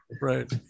Right